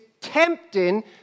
tempting